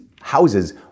houses